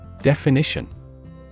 Definition